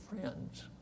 friends